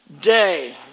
day